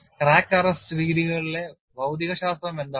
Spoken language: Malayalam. ക്രാക്ക് അറസ്റ്റ് രീതികളിലെ ഭൌതികശാസ്ത്രം എന്താണ്